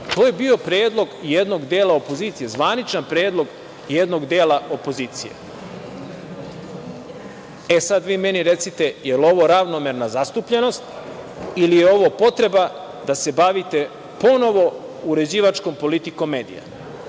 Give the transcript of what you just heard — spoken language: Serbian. je bio predlog jednog dela opozicije, zvaničan predlog jednog dela opozicije. Sad vi meni recite jel ovo ravnomerna zastupljenost ili je ovo potreba da se bavite ponovo uređivačkom politikom medija?